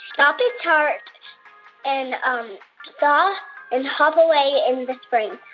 stop its heart and um thaw and hop away in the spring.